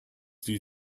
die